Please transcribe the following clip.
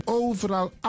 overal